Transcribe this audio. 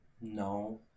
No